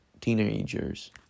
Teenagers